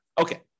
Okay